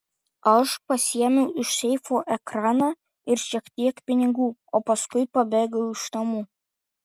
aš pasiėmiau iš seifo ekraną ir šiek tiek pinigų o paskui pabėgau iš namų